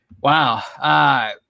Wow